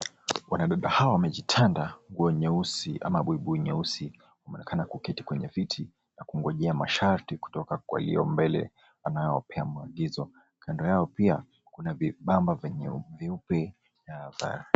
Wanadada hawa wamejitanda nguo nyeusi ama buibui nyeusi. Wameonekana kuketi kwenye viti na kungojea masharti kutoka kwa aliyo mbele anayewapea maagizo. Kando yao pia kuna vibamba vyeupe na vya...